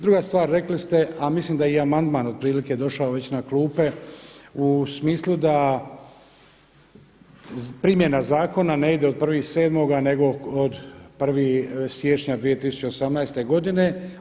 Druga stvar, rekli ste, a mislim da je i amandman otprilike došao već na klupe, u smislu da primjena zakona ne ide od 1.7. nego od 1. siječnja 2018. godine.